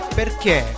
perché